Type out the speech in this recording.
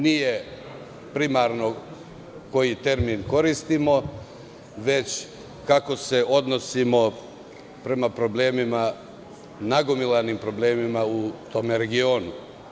Nije primarno koji termin koristimo, već kako se odnosimo prema problemima, nagomilanim u tom regionu.